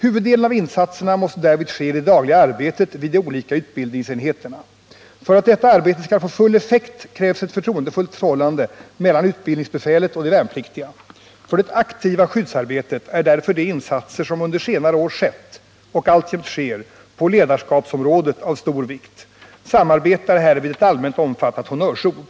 Huvuddelen av insatserna måste därvid ske i det dagliga arbetet vid de olika utbildningsenheterna. För att detta arbete skall få full effekt krävs ett förtroendefullt förhållande mellan utbildningsbefälet och de värnpliktiga. För det aktiva skyddsarbetet är därför de insatser som under senare år gjorts och som alltjämt görs på ledarskapsområdet av stor vikt. Samarbete är härvid ett allmänt omfattat honnörsord.